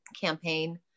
campaign